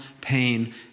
pain